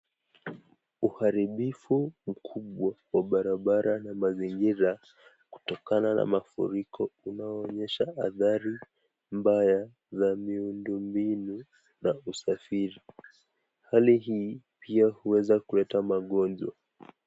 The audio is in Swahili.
Uharibifu mkubwa wa barabara na mazingira kutokana na mafuriko inayoonyesha athari mbaya za miundo mbinu na usafiri. Hali hii pia huweza kuleta magonjwa.